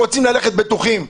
אנחנו רוצים ללכת בטוחים,